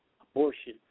abortion